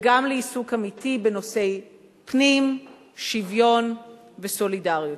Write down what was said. וגם לעיסוק אמיתי בנושאי פנים, שוויון וסולידריות.